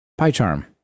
PyCharm